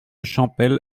champel